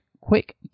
quick